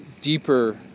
deeper